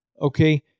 Okay